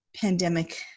pandemic